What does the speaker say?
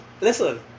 Listen